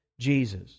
Jesus